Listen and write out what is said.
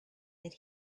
that